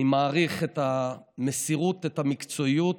אני מעריך את המסירות, את המקצועיות,